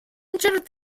injured